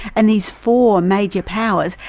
and these four major powers,